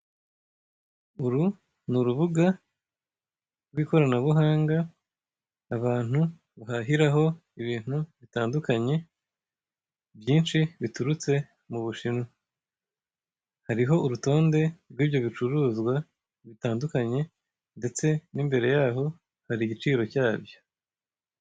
Uru ni urubuga rw'ikoranabuhanga, abantu bahahiraho ibintu bitandukanye byinshi biturutse mu Bushinwa. Hariho urutonde rw'ibyo bicuruzwa bitandukanye ndetse n'imbere yaho hari igiciro cyabyo.